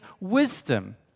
wisdom